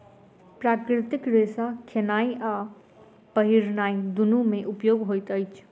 प्राकृतिक रेशा खेनाय आ पहिरनाय दुनू मे उपयोग होइत अछि